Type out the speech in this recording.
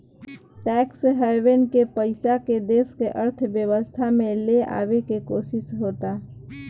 tax haven के पइसा के देश के अर्थव्यवस्था में ले आवे के कोशिस होता